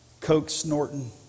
coke-snorting